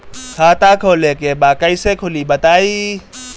खाता खोले के बा कईसे खुली बताई?